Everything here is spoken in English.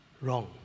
wrong